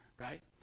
right